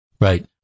Right